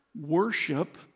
worship